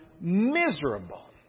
miserable